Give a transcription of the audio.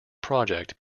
project